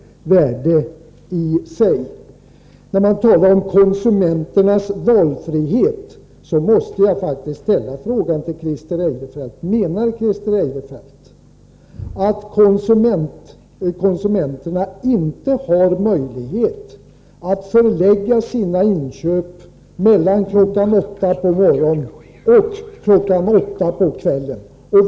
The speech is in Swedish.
När Christer Eirefelt talar om konsumenternas valfrihet måste jag faktiskt ställa frågan: Menar Christer Eirefelt att konsumenterna inte har möjlighet att förlägga sina inköp mellan kl. 8 på morgonen och kl. 8 på kvällen?